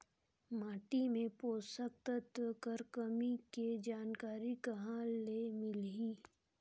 माटी मे पोषक तत्व कर कमी के जानकारी कहां ले मिलही?